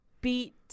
beat